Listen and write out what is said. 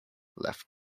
left